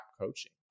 coaching